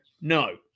no